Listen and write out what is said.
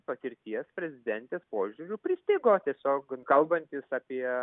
patirties prezidentės požiūriu pristigo tiesiog kalbantis apie